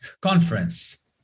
conference